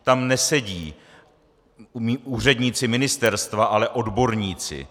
Tam nesedí úředníci ministerstva, ale odborníci.